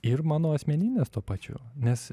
ir mano asmeninės tuo pačiu nes